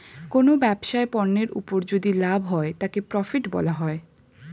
কোনো ব্যবসায় পণ্যের উপর যদি লাভ হয় তাকে প্রফিট বলা হয়